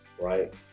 right